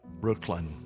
Brooklyn